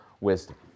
wisdom